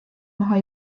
maha